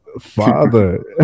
father